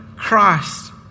Christ